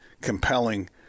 compelling